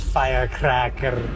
firecracker